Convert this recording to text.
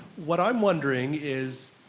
what i'm wondering is,